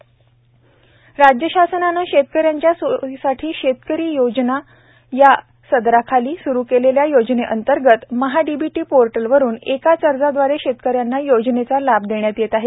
MahaDBT portal राज्य शासनाने शेतक यांच्या सोयीसाठी शेतकरी योजना या सदराखाली सुरु केलेल्या योजने अंतर्गत महाडिबीटी पोर्टलवरुन एकाच अर्जाव्दारे शेतक यांना योजनेचा लाभ देण्यात येत आहे